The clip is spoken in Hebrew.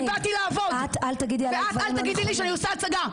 אני באתי לעבוד ואת אל תגידי לי שאני עושה הצגה,